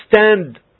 stand